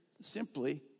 simply